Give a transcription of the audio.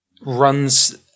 runs